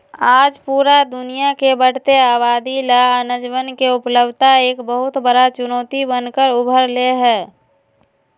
आज पूरा दुनिया के बढ़ते आबादी ला अनजवन के उपलब्धता एक बहुत बड़ा चुनौती बन कर उभर ले है